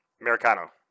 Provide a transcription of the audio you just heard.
Americano